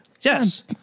Yes